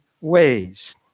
ways